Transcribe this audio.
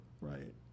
right